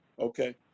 okay